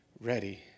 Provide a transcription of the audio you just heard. ready